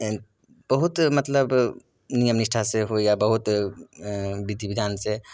N बहुत मतलब नियम निष्ठासँ होइए बहुत अऽ विधि विधानसँ